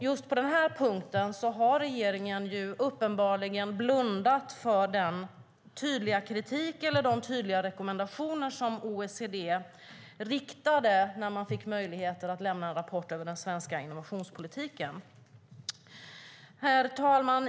Just på den punkten har regeringen uppenbarligen blundat för den tydliga kritik eller de tydliga rekommendationer som OECD riktade när de fick möjligheter att lämna en rapport över den svenska innovationspolitiken. Herr talman!